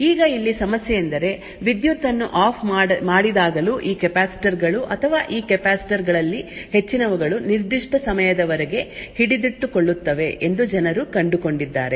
ಈಗ ಇಲ್ಲಿ ಸಮಸ್ಯೆಯೆಂದರೆ ವಿದ್ಯುತ್ ಅನ್ನು ಆಫ್ ಮಾಡಿದಾಗಲೂ ಈ ಕೆಪಾಸಿಟರ್ ಗಳು ಅಥವಾ ಈ ಕೆಪಾಸಿಟರ್ ಗಳಲ್ಲಿ ಹೆಚ್ಚಿನವುಗಳು ನಿರ್ದಿಷ್ಟ ಸಮಯದವರೆಗೆ ಹಿಡಿದಿಟ್ಟುಕೊಳ್ಳುತ್ತವೆ ಎಂದು ಜನರು ಕಂಡುಕೊಂಡಿದ್ದಾರೆ